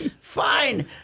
Fine